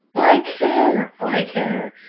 i care i care.